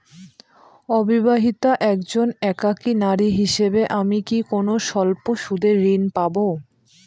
অবিবাহিতা একজন একাকী নারী হিসেবে আমি কি কোনো স্বল্প সুদের ঋণ পাব?